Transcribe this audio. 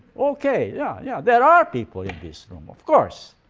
okay, yeah, yeah, there are people in this room of course.